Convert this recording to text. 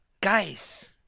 Guys